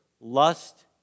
lust